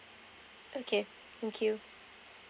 okay thank you